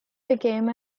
became